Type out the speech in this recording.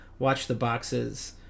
WatchTheBoxes